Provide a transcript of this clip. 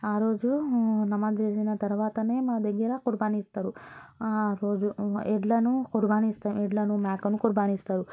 ఆరోజు నమాజ్ చేసిన తర్వాత మా దగ్గర కుర్బానీ ఇస్తారు ఆరోజు ఎడ్లను కుర్బానీ ఇస్తారు ఎడ్లను మేకను కుర్బానీ ఇస్తారు